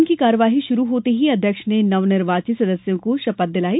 सदन की कार्यवाही शुरू होते ही अध्यक्ष ने नवनिर्वाचित सदस्यों को शपथ दिलाई